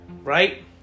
Right